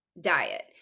diet